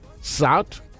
South